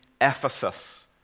Ephesus